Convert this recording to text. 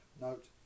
note